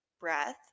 breath